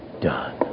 done